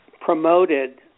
promoted